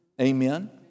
Amen